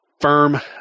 firm